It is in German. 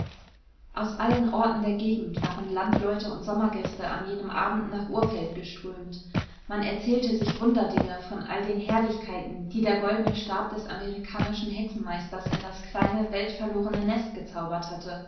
aus allen orten der gegend waren landleute und sommergäste an jenem abend nach urfeld geströmt man erzählte sich wunderdinge von all den herrlichkeiten die der goldne stab des amerikanischen hexenmeisters in das kleine weltverlorene nest gezaubert hatte